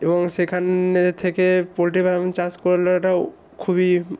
এবং সেখান এ থেকে পোল্ট্রি ফার্ম চাষ করাটাও খুবই